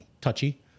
touchy